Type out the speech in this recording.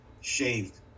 shaved